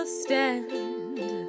stand